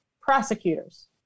prosecutors